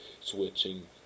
switching